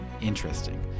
interesting